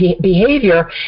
behavior